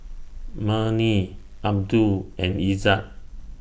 Murni Abdul and Izzat